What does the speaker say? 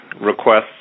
requests